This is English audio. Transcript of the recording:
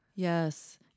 Yes